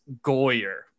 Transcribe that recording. Goyer